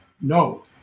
No